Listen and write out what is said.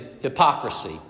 hypocrisy